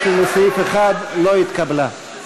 (15) לסעיף 1 לא התקבלה.